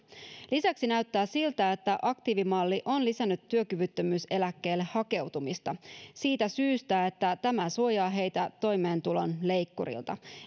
lisäksi näyttää siltä että aktiivimalli on lisännyt työkyvyttömyyseläkkeelle hakeutumista siitä syystä että tämä suojaa heitä toimeentulon leikkurilta